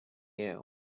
you